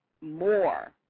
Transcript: more